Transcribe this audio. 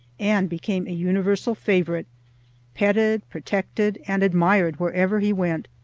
and became a universal favorite petted, protected, and admired wherever he went,